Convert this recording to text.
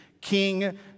King